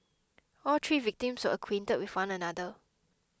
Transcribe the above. all three victims were acquainted with one another